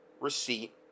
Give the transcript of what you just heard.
receipt